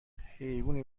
حیوونی